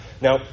Now